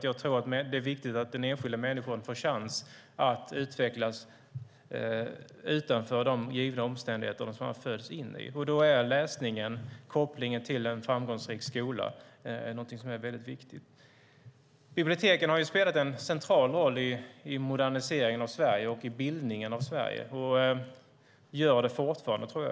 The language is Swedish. Jag tror att det är viktigt att den enskilda människan får chansen att utvecklas utanför de omständigheter som man föds in i. Läsningen och kopplingen till en framgångsrik skola är då viktigt. Biblioteken har spelat en central roll i moderniseringen av Sverige och i bildningen av Sverige, och gör det fortfarande.